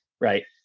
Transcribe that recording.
Right